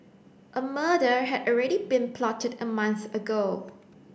a murder had already been plotted a month ago